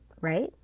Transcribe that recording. right